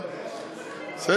אני